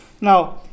Now